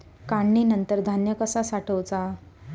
काढणीनंतर धान्य कसा साठवुचा?